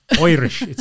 Irish